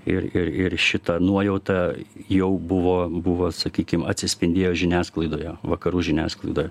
ir ir ir šita nuojauta jau buvo buvo sakykim atsispindėjo žiniasklaidoje vakarų žiniasklaidoje